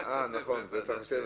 אנחנו לא מצליחים